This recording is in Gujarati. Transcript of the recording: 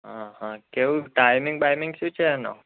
હં હં કેવું ટાઈમિંગ બાઈમિંગ શું છે એનો